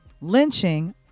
Lynching